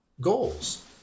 goals